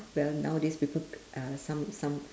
well nowadays people uh some some